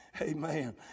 Amen